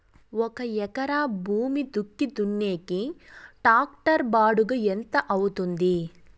ఒక ఎకరా భూమి దుక్కి దున్నేకి టాక్టర్ బాడుగ ఎంత అవుతుంది?